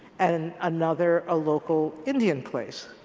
and and another a local indian place.